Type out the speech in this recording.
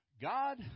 God